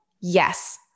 Yes